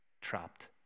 trapped